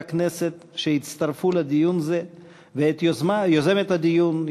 הכנסת שהצטרפו לדיון זה ואת יוזמת הדיון,